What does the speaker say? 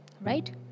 Right